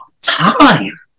time